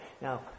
Now